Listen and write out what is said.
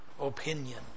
opinion